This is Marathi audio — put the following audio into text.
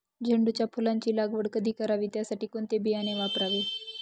झेंडूच्या फुलांची लागवड कधी करावी? त्यासाठी कोणते बियाणे वापरावे?